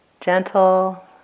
gentle